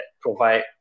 provide